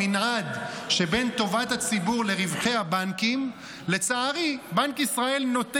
במנעד שבין טובת הציבור לרווחי הבנקים לצערי בנק ישראל נוטה